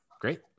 Great